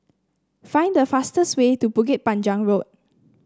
find the fastest way to Bukit Panjang Road